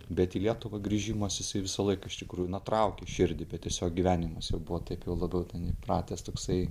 bet į lietuvą grįžimas jisai visą laiką iš tikrųjų na traukė širdį bet tiesiog gyvenimas jau buvo taip jau labiau ten įpratęs toksai